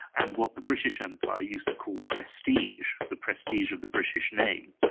and what the british empire used to call prestige, the prestige of the british name.